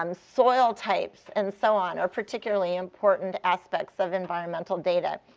um soil types, and so on are particularly important aspects of environmental data.